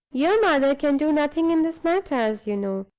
your mother can do nothing in this matter, as you know.